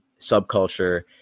subculture